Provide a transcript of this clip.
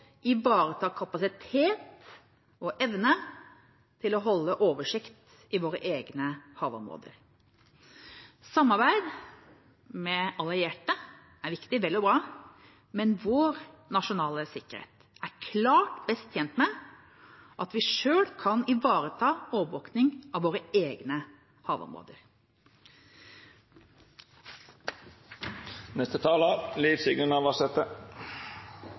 kapasitet og evne til å holde oversikt i våre egne havområder. Samarbeid med allierte er viktig, vel og bra, men vår nasjonale sikkerhet er klart best tjent med at vi selv kan ivareta overvåkning av våre egne